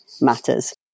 matters